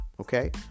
okay